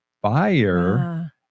buyer